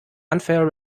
unfair